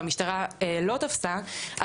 והמשטרה לא תפסה,